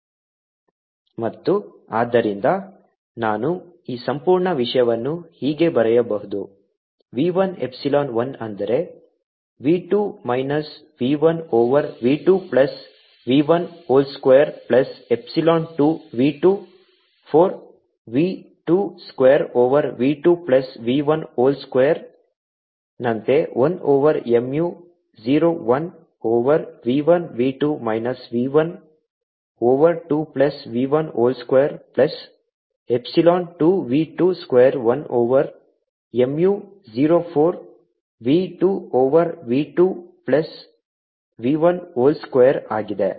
SincidentSreflectedStransmitted 12v1uI12v1uR12v2uT v11EI2v11ER2v22ET2 v11ER2v22ET2v11v2 v12v2v122v24v22v2v12EI2v10 ಮತ್ತು ಆದ್ದರಿಂದ ನಾನು ಈ ಸಂಪೂರ್ಣ ವಿಷಯವನ್ನು ಹೀಗೆ ಬರೆಯಬಹುದು v 1 ಎಪ್ಸಿಲಾನ್ 1 ಅಂದರೆ v 2 minus v 1 over v 2 plus v 1 whole square plus epsilon 2 v 2 4 v 2 square over v 2 plus v 1 whole square ನಂತೆ 1 over mu 0 1 over v 1 v 2 minus v 1 over 2 plus v 1 whole square plus epsilon 2 v 2 square 1 over mu 0 4 v 2 over v 2 plus v 1 whole square ಆಗಿದೆ